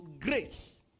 grace